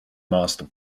master